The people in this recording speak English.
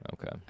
Okay